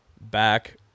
back